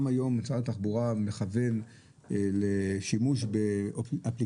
גם היום משרד התחבורה מכוון לשימוש באפליקציה